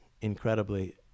incredibly